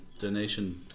donation